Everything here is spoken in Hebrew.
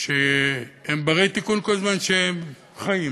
הם בני-תיקון כל זמן שהם חיים.